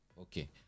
okay